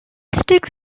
district